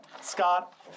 Scott